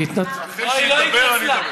היא, לא, היא לא התנצלה.